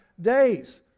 days